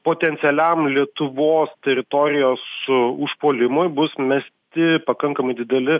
potencialiam lietuvos teritorijos užpuolimui bus mesti pakankamai dideli